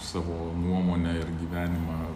savo nuomonę ir gyvenimą